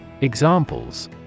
Examples